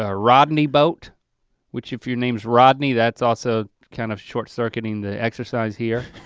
ah rodney boat which if your name is rodney, that's also kind of short-circuiting the exercise here.